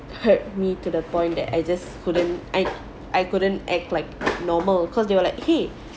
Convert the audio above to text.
hurt me to the point that I just couldn't I I couldn't act like normal cause they were like !hey!